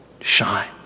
shine